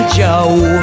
joe